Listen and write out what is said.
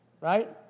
right